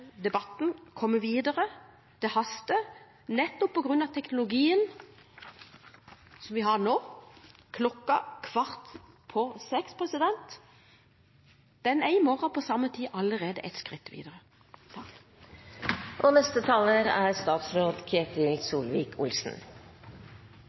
debatten vil komme videre. Det haster, nettopp på grunn av at teknologien som vi har nå – klokken kvart på seks – i morgen på samme tid allerede er kommet et skritt videre. Takk